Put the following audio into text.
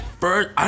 first